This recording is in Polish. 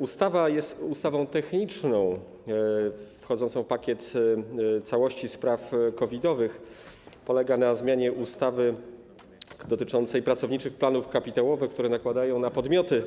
Ustawa jest ustawą techniczną wchodzącą do pakietu całości spraw COVID-owych i polega na zmianie ustawy dotyczącej pracowniczych planów kapitałowych, która nakłada na podmioty